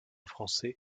français